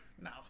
No